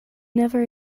never